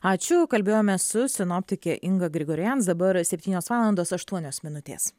ačiū kalbėjome su sinoptike inga grigorianc dabar septynios valandos aštuonios minutės